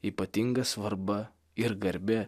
ypatinga svarba ir garbė